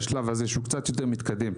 בשלב הזה שהוא קצת יותר מתקדם.